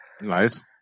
Nice